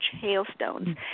hailstones